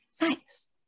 Nice